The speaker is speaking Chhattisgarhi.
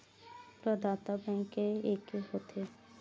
प्रदाता बैंक के एके होथे?